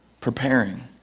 preparing